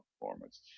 performance